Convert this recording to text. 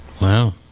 Wow